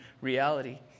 reality